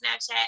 Snapchat